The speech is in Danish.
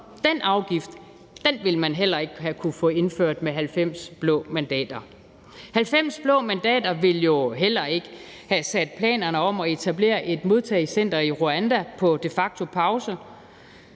den afgift ville man heller ikke have kunnet få indført med 90 blå mandater. Kl. 14:29 90 blå mandater ville jo heller ikke have sat planerne om at etablere et modtagecenter i Rwanda på de facto pause.